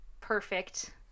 perfect